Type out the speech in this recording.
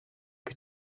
que